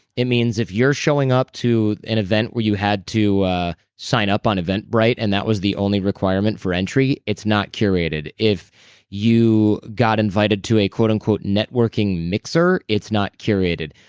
it means if you're showing up to an event where you had to sign up on eventbrite and that was the only requirement for entry, it's not curated. if you got invited to quote unquote networking mixer it's not curated.